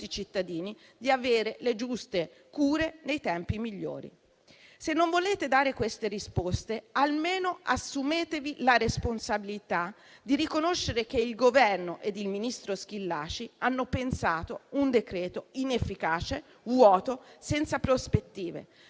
cittadini le giuste cure nei tempi migliori. Se non volete dare queste risposte, almeno assumetevi la responsabilità di riconoscere che il Governo e il ministro Schillaci hanno pensato un decreto-legge inefficace, vuoto e senza prospettive.